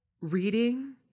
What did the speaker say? reading